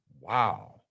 Wow